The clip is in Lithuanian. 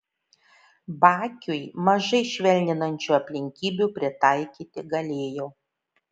bakiui mažai švelninančių aplinkybių pritaikyti galėjo